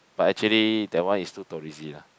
but actually that one is too touristy lah